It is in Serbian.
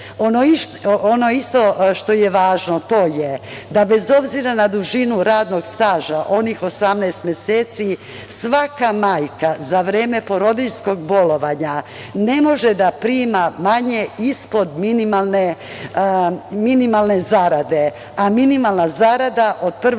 isto što je važno, to je da bez obzira na dužinu radnog staža, onih 18 meseci, svaka majka za vreme porodiljskog bolovanja ne može da prima manje ispod minimalne zarade, a minimalna zarada od 1.